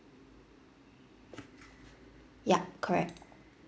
yup correct